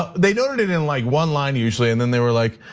they noted it in like one line usually, and then they were like,